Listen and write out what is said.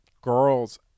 girls